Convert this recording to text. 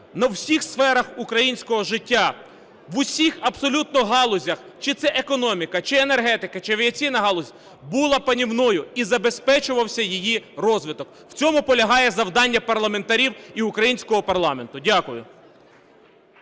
у всіх сферах українського життя, в усіх абсолютно галузях – чи це економіка, чи енергетика, чи авіаційна галузь – була панівною, і забезпечувався її розвиток. В цьому полягає завдання парламентарів і українського парламенту. Дякую.